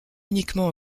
uniquement